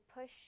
push